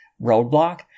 roadblock